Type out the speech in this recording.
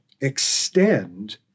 extend